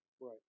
right